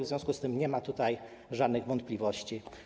W związku z tym nie ma tutaj żadnych wątpliwości.